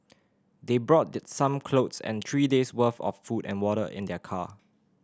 they brought the some clothes and three days worth of food and water in their car